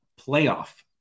playoff